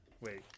Wait